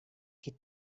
que